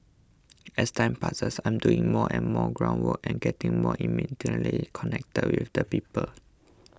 as time passes I'm doing more and more ground work and getting more intimately connected with the people